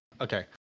Okay